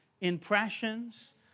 impressions